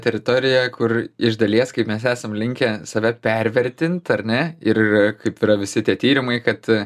teritorijoje kur iš dalies kaip mes esam linkę save pervertint ar ne ir kaip yra visi tie tyrimai kad